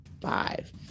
five